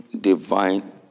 divine